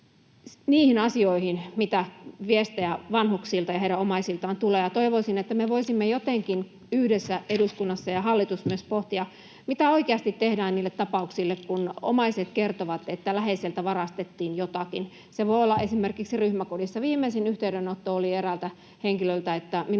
niihin asioihin, mistä viestejä vanhuksilta ja heidän omaisiltaan tulee, ja toivoisin, että me voisimme jotenkin yhdessä eduskunnassa, ja hallitus myös, pohtia, mitä oikeasti tehdään niille tapauksille, kun omaiset kertovat, että läheiseltä varastettiin jotakin. Se voi olla esimerkiksi ryhmäkodissa. Viimeisin yhteydenotto oli eräältä henkilöltä, että minun